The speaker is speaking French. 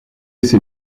ces